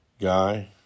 Guy